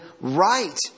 right